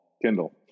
kindle